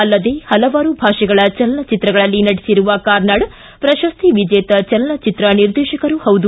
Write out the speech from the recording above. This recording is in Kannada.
ಅಲ್ಲದೆ ಹಲವಾರು ಭಾಷೆಗಳ ಚಲನಚಿತ್ರಗಳಲ್ಲಿ ನಟಿಸಿರುವ ಕಾರ್ನಾಡ್ ಪ್ರಕಸ್ತಿ ವಿಜೇತ ಚಲನಚಿತ್ರ ನಿರ್ದೇತಕರೂ ಹೌದು